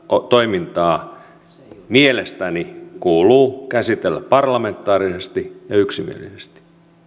toimintaa mielestäni kuuluu käsitellä parlamentaarisesti ja yksimielisesti